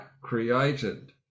Created